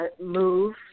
Move